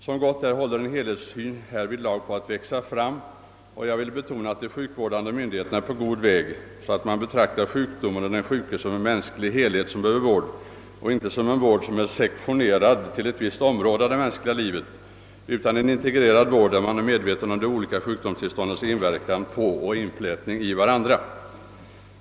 Som väl är håller numera en helhetssyn på att växa fram — och jag vill betona att de sjukvårdande myndigheterna är på god väg — så att man betraktar sjukdomen och den sjuke som en mänsklig helhet som behöver vård, inte en vård som är sektionerad till ett visst område av det mänskliga livet utan en integrerad vård där man är medveten om de olika sjukdomstillståndens inverkan på och inflätning i varandra.